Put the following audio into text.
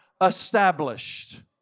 established